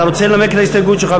אתה רוצה לנמק את ההסתייגות שלך?